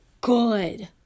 good